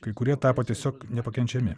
kai kurie tapo tiesiog nepakenčiami